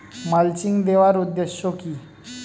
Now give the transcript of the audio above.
Mulching দেওয়ার উদ্দেশ্য কি?